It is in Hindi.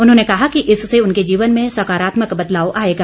उन्होंने कहा कि इससे उनके जीवन में सकरात्मक बदलाव आएगा